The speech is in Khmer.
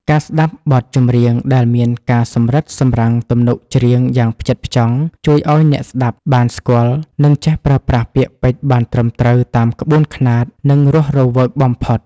ការស្ដាប់បទចម្រៀងដែលមានការសម្រិតសម្រាំងទំនុកច្រៀងយ៉ាងផ្ចិតផ្ចង់ ជួយឱ្យអ្នកស្ដាប់បានស្គាល់ និងចេះប្រើប្រាស់ពាក្យពេចន៍បានត្រឹមត្រូវតាមក្បួនខ្នាត និងរស់រវើកបំផុត។